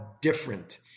different